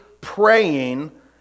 praying